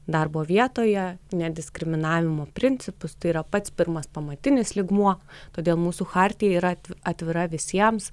darbo vietoje nediskriminavimo principus tai yra pats pirmas pamatinis lygmuo todėl mūsų chartija yra atvira visiems